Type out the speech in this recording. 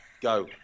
Go